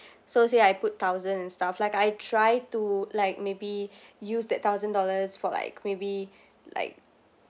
so say I put thousand and stuff like I try to like maybe use that thousand dollars for like maybe like